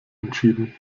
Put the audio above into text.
entschieden